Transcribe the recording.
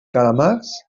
calamars